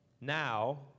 Now